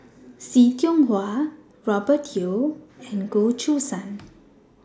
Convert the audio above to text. See Tiong Wah Robert Yeo and Goh Choo San